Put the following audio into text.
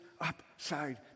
upside